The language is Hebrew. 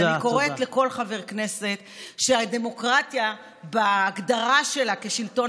אני קוראת לכל חבר כנסת שהדמוקרטיה בהגדרה שלה כשלטון